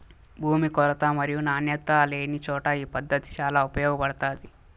భూమి కొరత మరియు నాణ్యత లేనిచోట ఈ పద్దతి చాలా ఉపయోగపడుతాది